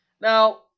Now